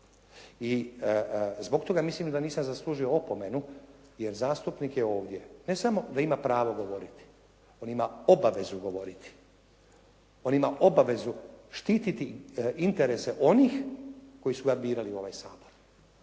I zbog toga mislim da nisam zaslužio opomenu jer zastupnik je ovdje, ne samo da ima pravo govoriti. On ima obavezu govoriti. On ima obavezu štititi interese onih koji su ga birali u ovaj Sabor.